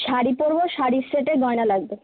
শাড়ি পরবো শাড়ির সাথে গয়না লাগবে